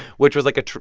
which was like a,